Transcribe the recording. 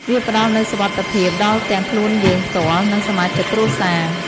វាផ្តល់នូវសុវត្ថិភាពដល់ទាំងខ្លួនយើងផ្ទាល់ និងសមាជិកគ្រួសារ។